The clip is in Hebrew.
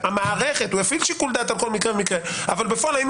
המערכת יפעיל שיקול דעת על כל מקרה ומקרה אבל בסוף היינו